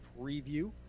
preview